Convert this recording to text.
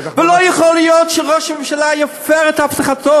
ולא יכול להיות שראש הממשלה יפר את הבטחתו